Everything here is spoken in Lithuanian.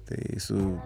tai su